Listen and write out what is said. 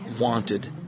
wanted